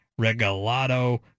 Regalado